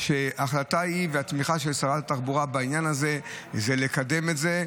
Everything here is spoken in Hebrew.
ההחלטה והתמיכה של שרת התחבורה בעניין הזה זה לקדם את זה,